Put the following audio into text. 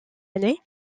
année